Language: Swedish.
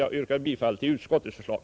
Jag yrkar bifall till utskottets förslag.